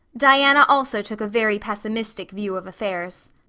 diana also took a very pessimistic view of affairs.